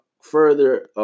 further